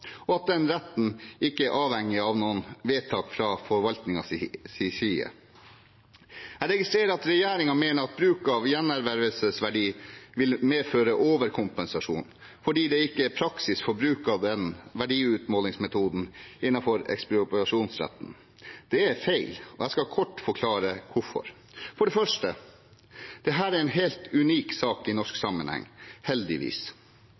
og at den retten ikke er avhengig av noe vedtak fra forvaltningens side. Jeg registrerer at regjeringen mener at bruk av gjenervervsverdi vil medføre overkompensasjon fordi det ikke er praksis for bruk av den verdiutmålingsmetoden innenfor ekspropriasjonsretten. Det er feil, og jeg skal kort forklare hvorfor. For det første: Dette er en helt unik sak i norsk sammenheng – heldigvis.